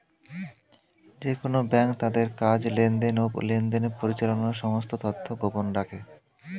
যেকোন ব্যাঙ্ক তাদের কাজ, লেনদেন, ও লেনদেনের পরিচালনার সমস্ত তথ্য গোপন রাখে